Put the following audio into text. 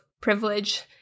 privilege